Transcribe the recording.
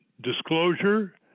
disclosure